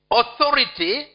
authority